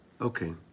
okay